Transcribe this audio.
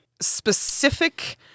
specific